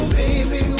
baby